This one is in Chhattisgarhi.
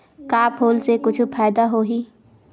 का फूल से कुछु फ़ायदा होही?